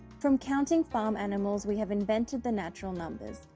from counting farm animals we have invented the natural numbers,